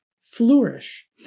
flourish